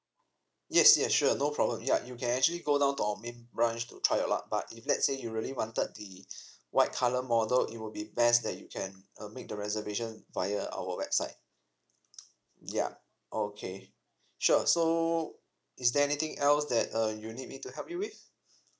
yes yes sure no problem ya you can actually go down to our main branch to try your luck but if let's say you really wanted the white colour model it will be best that you can uh make the reservation via our website ya okay sure so is there anything else that uh you need me to help you with